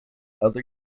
other